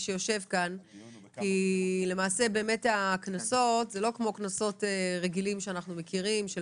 שיושב כאן כי למעשה הקנסות הם לא כמו קנסות רגילים שאנחנו מכירים של